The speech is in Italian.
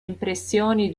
impressioni